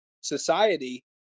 society